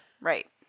Right